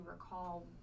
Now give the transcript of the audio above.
recall